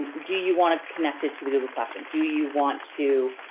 do you wanna connect it to the google classroom? do you want to,